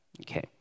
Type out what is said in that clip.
Okay